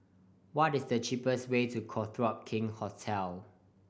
what is the cheapest way to Copthorne King Hotel